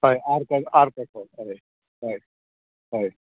हय arc arc करपाक हय हय हय